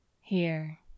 Here